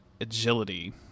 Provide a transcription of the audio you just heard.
agility